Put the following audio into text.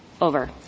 over